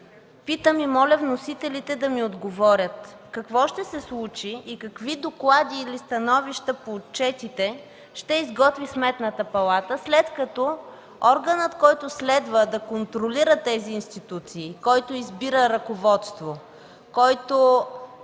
питам и моля вносителите да ми отговорят, какво ще се случи и какви доклади или становища по отчетите ще изготви Сметната палата, след като органът, който следва да контролира тези институции, който избира ръководство, който